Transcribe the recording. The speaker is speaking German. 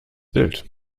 bild